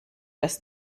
das